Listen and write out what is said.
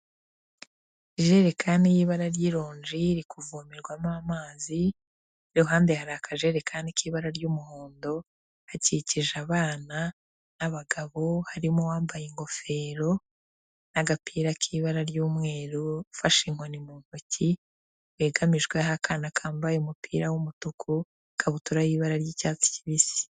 Ijerekani y'ibara ry'ironji iri kuvomerwamo amazi, iruhande hari akajerekani k'ibara ry'umuhondo, hakikije abana n'abagabo harimo uwambaye ingofero n'agapira k'ibara ry'umweru ufashe inkoni mu ntoki, wegamijweho akana kambaye umupira w'umutuku, ikabutura y'ira ry'icyatsi kibisi.